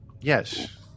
Yes